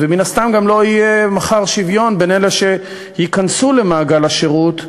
ומן הסתם גם לא יהיה מחר שוויון בין אלה שייכנסו למעגל השירות,